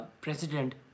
president